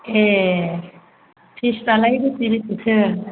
ए फिसफ्रालाय बेसे बेसेथो